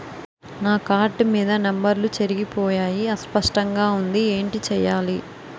నా కార్డ్ మీద నంబర్లు చెరిగిపోయాయి అస్పష్టంగా వుంది ఏంటి చేయాలి?